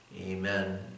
Amen